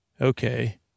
Okay